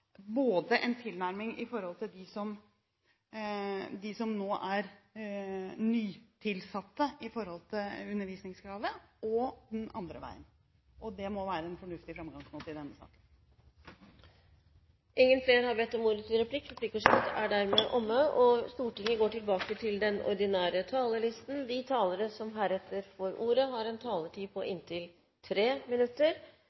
en tilnærming både for dem som nå er nytilsatte når det gjelder undervisningskravet, og den andre veien. Det må være en fornuftig framgangsmåte i denne saken. Replikkordskiftet er omme. De talere som heretter får ordet, har en taletid på inntil 3 minutter. Først vil jeg takke saksordføreren for en ryddig framleggelse av saken, som